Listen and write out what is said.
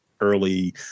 early